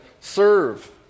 serve